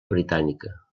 britànica